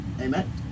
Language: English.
Amen